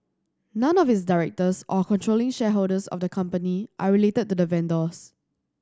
none of its directors or controlling shareholders of the company are related to the vendors